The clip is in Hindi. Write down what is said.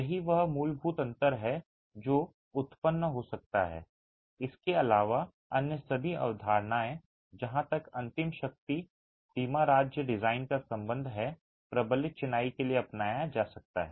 यही वह मूलभूत अंतर है जो उत्पन्न हो सकता है इसके अलावा अन्य सभी अवधारणाएं जहां तक अंतिम शक्ति सीमा राज्य डिजाइन का संबंध है प्रबलित चिनाई के लिए अपनाया जा सकता है